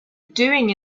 doing